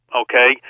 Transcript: okay